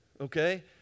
okay